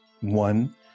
One